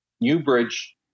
Newbridge